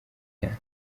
cyane